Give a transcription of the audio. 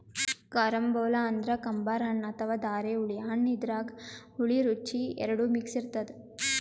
carambola ಅಂದ್ರ ಕಂಬರ್ ಹಣ್ಣ್ ಅಥವಾ ಧಾರೆಹುಳಿ ಹಣ್ಣ್ ಇದ್ರಾಗ್ ಹುಳಿ ರುಚಿ ಎರಡು ಮಿಕ್ಸ್ ಇರ್ತದ್